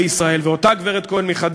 לצורך כך יהיה צריך כמובן לתקן